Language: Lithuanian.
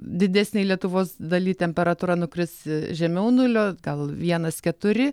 didesnėj lietuvos daly temperatūra nukris žemiau nulio gal vienas keturi